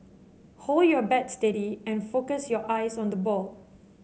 hold your bat steady and focus your eyes on the ball